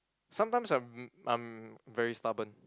sometimes I'm I'm very stubborn